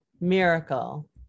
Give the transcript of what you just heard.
miracle